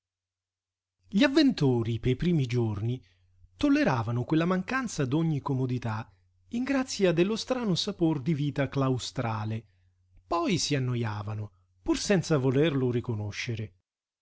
gli avventori pe primi giorni tolleravano quella mancanza d'ogni comodità in grazia dello strano sapor di vita claustrale poi si annojavano pur senza volerlo riconoscere